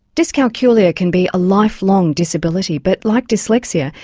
dyscalculia can be a lifelong disability but, like dyslexia,